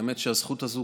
האמת היא שהזכות הזו,